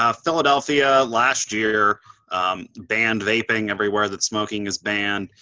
ah philadelphia last year banned vaping everywhere that smoking is banned.